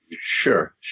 Sure